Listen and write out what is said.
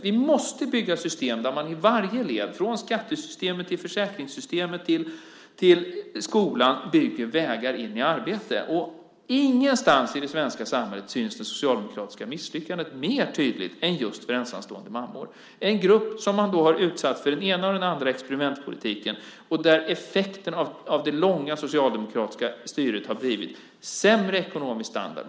Vi måste bygga system där man i varje led, från skattesystemet till försäkringssystemet till skolan, bygger vägar in i arbete. Ingenstans i det svenska samhället syns det socialdemokratiska misslyckandet mer tydligt än just för ensamstående mammor. Det är en grupp som har utsatts för den ena och den andra experimentpolitiken. Effekten av det långa socialdemokratiska styret har blivit sämre ekonomisk standard.